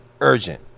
urgent